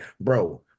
bro